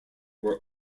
were